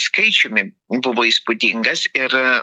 skaičiumi buvo įspūdingas ir